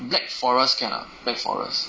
black forest can or not black forest